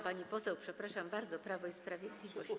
Pani poseł, przepraszam bardzo, Prawo i Sprawiedliwość.